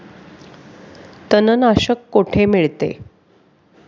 तणनाशक कुठे मिळते?